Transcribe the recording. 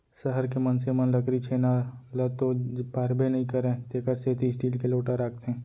सहर के मनसे मन लकरी छेना ल तो बारबे नइ करयँ तेकर सेती स्टील के लोटा राखथें